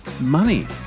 money